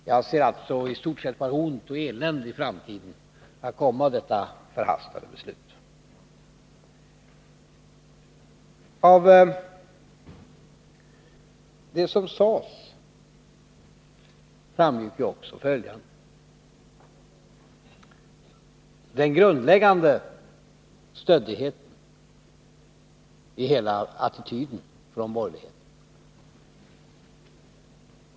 Jag anser alltså i stort sett att bara ont och elände i framtiden kan komma av detta förhastade beslut. Av det statsministern sade framgick också den grundläggande stöddigheten i hela attityden hos de borgerliga.